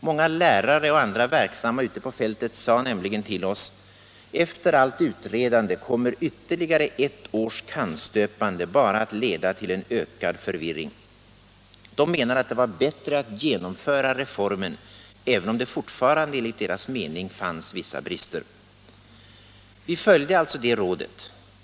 Många lärare och andra verksamma ute på fältet sade nämligen till oss: ”Efter allt utredande kommer ytterligare ett års kannstöpande bara att leda till en ökad förvirring.” De menade att det var bättre att genomföra reformen, även om det fortfarande, enligt deras mening, fanns vissa brister. Vi följde alltså det rådet.